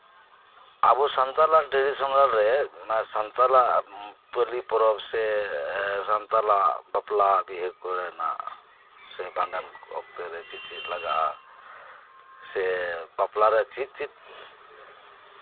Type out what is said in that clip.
ᱟᱵᱚ ᱥᱟᱱᱛᱟᱞᱟᱜ ᱴᱨᱟᱰᱤᱥᱚᱱᱟᱞ ᱨᱮ ᱚᱱᱟ ᱥᱟᱱᱛᱟᱞᱟᱜ ᱯᱟᱹᱞᱤ ᱯᱚᱨᱚᱵ ᱥᱮ ᱥᱟᱱᱛᱟᱞᱟᱜ ᱵᱟᱯᱞᱟ ᱵᱤᱦᱟᱹ ᱠᱚᱨᱮᱱᱟᱜ ᱵᱷᱟᱸᱰᱟᱱ ᱚᱠᱛᱮ ᱨᱮ ᱪᱮᱫᱼᱪᱮᱫ ᱞᱟᱜᱟᱜᱼᱟ ᱥᱮ ᱵᱟᱯᱞᱟ ᱨᱮ ᱪᱮᱫᱼᱪᱮᱫ